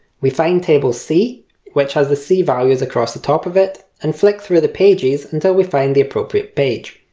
we find table c which has the c values across the top of it and flick through the pages until we find the appropriate page,